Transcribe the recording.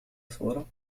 صورة